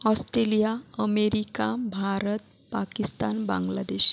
Australia America Bharat Pakistan Bangladesh